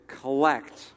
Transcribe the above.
collect